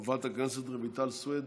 חברת הכנסת רויטל סויד,